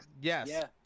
Yes